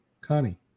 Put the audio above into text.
Connie